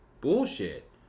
bullshit